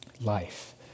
life